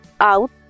out